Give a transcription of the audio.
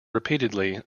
repeatedly